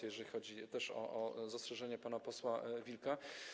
To jeżeli chodzi o zastrzeżenie pana posła Wilka.